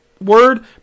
word